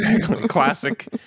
classic